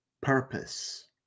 purpose